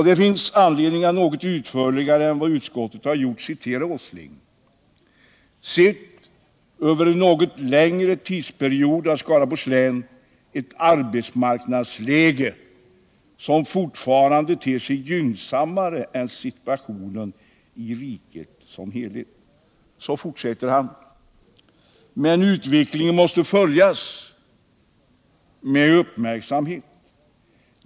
Det finns anledning att något utförligare än vad utskottet har gjort citera herr Åsling: ”Sett över en något längre tidsperiod har Skaraborgs län ett arbetsmarknadsläge som fortfarande ter sig gynnsammare än situationen i riket som helhet.” Så fortsätter han: ”Men utvecklingen måste följas med uppmärksamhet.